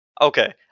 okay